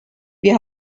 wir